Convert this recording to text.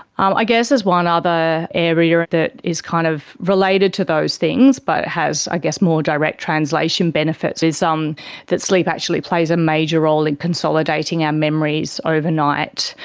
um i guess there's one other area that is kind of related to those things, but it has i guess more direct translation benefits is um that sleep actually plays a major role in consolidating our memories overnight,